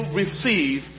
receive